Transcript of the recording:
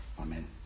Amen